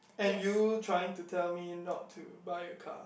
and you trying to tell me not to buy a car